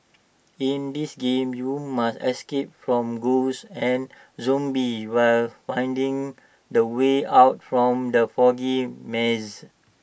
in this game you must escape from ghosts and zombies while finding the way out from the foggy maze